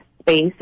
space